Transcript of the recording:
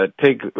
take